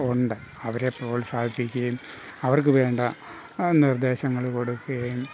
ഉണ്ട് അവരെ പ്രോത്സാഹിപ്പിക്കുകയും അവർക്ക് വേണ്ട നിർദേശങ്ങൾ കൊടുക്കുകയും